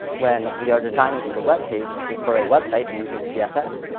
when we are designing for the web page, and for a website and using css,